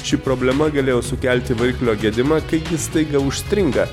ši problema galėjo sukelti variklio gedimą kai jis staiga užstringa